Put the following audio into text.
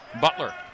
Butler